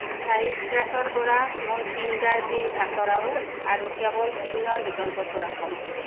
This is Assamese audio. চাইট্ৰাচৰ পৰা মোৰ ফিংগাৰ প্ৰিণ্ট আঁতৰাওক আৰু কেৱল পিনৰ বিকল্পটো ৰাখক